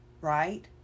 right